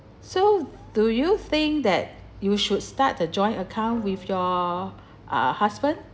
so do you think that you should start a joint account with your uh husband